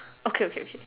okay okay okay